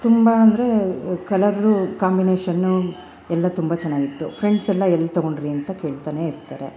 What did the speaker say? ತುಂಬ ಅಂದರೆ colour combination ಎಲ್ಲ ತುಂಬ ಚೆನ್ನಾಗಿತ್ತು ಫ್ರೆಂಡ್ಸೆಲ್ಲ ಎಲ್ಲಿ ತಗೊಂಡ್ರಿ ಅಂತ ಕೇಳ್ತಾನೇ ಇರ್ತಾರೆ